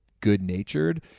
good-natured